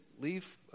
leave